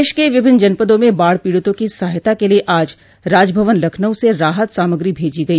प्रदेश के विभिन्न जनपदों में बाढ़ पीड़ितों की सहायता के लिये आज राजभवन लखनऊ से राहत सामग्री भेजी गई